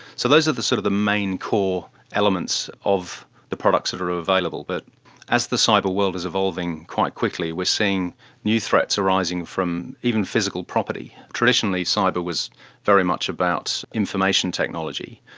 so those are the sort of the main core elements of the products that are available. but as the cyber world is evolving quite quickly we are seeing new threats arising from even physical property. traditionally cyber was very much about information technology.